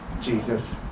Jesus